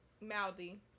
Mouthy